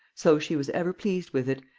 so she was ever pleased with it,